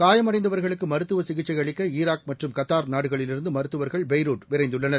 காயமடைந்தவர்களுக்கு மருத்துவ சிகிச்சை அளிக்க ஈராக் மற்றும் கத்தார் நாடுகளிலிருந்து மருத்துவர்கள் பெய்ரூட் விரைந்துள்ளனர்